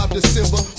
December